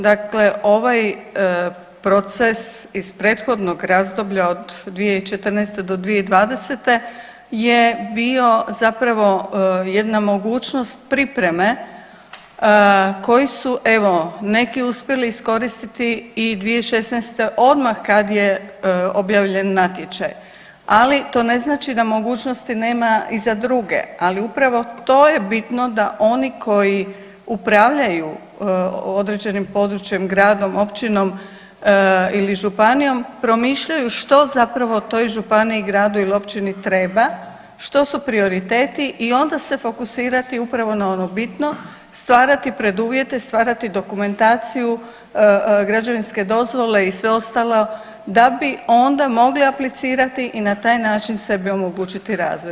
Dakle ovaj proces iz prethodnog razdoblja od 2014. do 2020. je bio zapravo jedna mogućnost pripreme koji su evo neki uspjeli iskoristiti i 2016. odmah kad je objavljen natječaj, ali to ne znači da mogućnosti nema i za druge, ali upravo to je bitno da oni koji upravljaju određenim područjem Gradom, Općinom ili Županijom, promišljaju što zapravo toj Županiji, Gradu ili Općini treba, što su prioriteti i onda se fokusirati upravo na ono bitno, stvarati preduvjete, stvarati dokumentaciju, građevinski dozvole i sve ostalo da bi onda mogli aplicirati i na taj način sebi omogućiti razvoj.